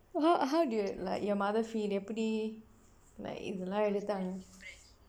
how how did your like your mother feel எப்புடி:eppudi